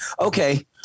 Okay